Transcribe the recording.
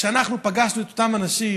כשאנחנו פגשנו את אותם אנשים